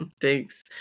Thanks